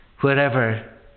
wherever